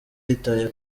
yitaye